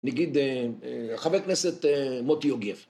נגיד, החבר כנסת מוטי יוגב